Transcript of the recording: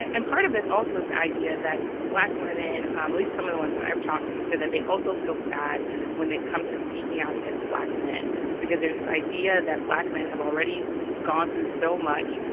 and and part of this, also, is the idea that black women at um least some of the ones that i've talked to said that they also feel bad when it comes to speaking out against black men because there's this idea that black men have already gone through so much.